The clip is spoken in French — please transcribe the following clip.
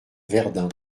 verdun